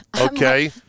Okay